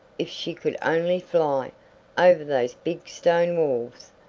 if she could only fly over those big stone walls.